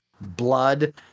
blood